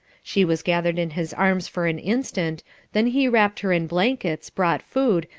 she was gathered in his arms for an instant then he wrapped her in blankets, brought food,